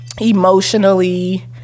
Emotionally